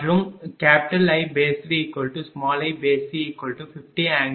மற்றும் I3iC50∠ 25